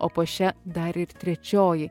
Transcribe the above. o po šia dar ir trečioji